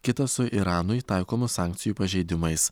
kitas su iranui taikomų sankcijų pažeidimais